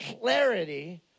clarity